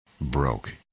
broke